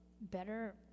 Better